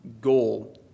goal